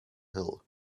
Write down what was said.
hill